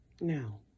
now